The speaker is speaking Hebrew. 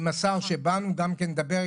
עם השר כשבאנו גם כן לדבר,